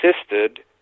assisted